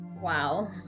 Wow